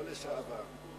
לא לשעבר.